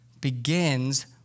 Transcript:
begins